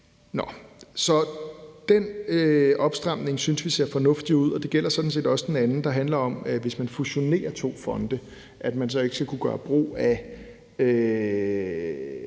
Den opstramning synes vi ser fornuftig ud, og det gælder sådan set også den anden, der handler om, at man, hvis man fusionerer to fonde, så ikke skal kunne slippe for at